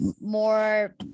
more